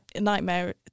nightmare